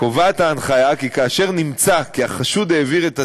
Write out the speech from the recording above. קובעת ההנחיה כי כאשר נמצא כי החשוד העביר את הסרט,